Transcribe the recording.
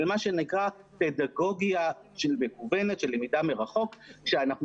אלא מה שנקרא פדגוגיה מקוונת של למידה מרחוק שאנחנו